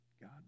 God